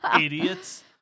Idiots